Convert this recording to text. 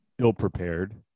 ill-prepared